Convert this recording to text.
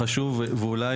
החשוב ואולי,